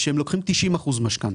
שהם לוקחים 90% משכנתא,